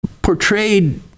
Portrayed